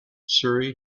surrey